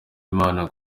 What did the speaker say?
imana